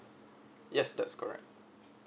yes that's correct